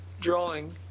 drawing